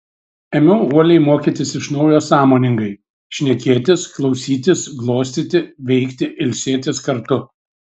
ėmiau uoliai mokytis iš naujo sąmoningai šnekėtis klausytis glostyti veikti ilsėtis kartu